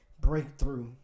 Breakthrough